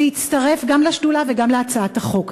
להצטרף גם לשדולה וגם להצעת החוק.